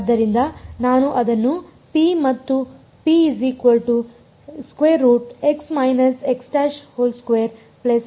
ಆದ್ದರಿಂದ ನಾನು ಅದನ್ನು ⍴ ಮತ್ತು ಎಂದು ಕರೆಯುತ್ತೇನೆ